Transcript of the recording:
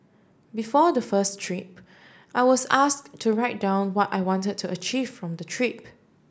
before the first trip I was asked to write down what I wanted to achieve from the trip